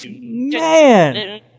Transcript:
Man